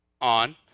on